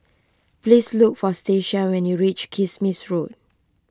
please look for Stacia when you reach Kismis Road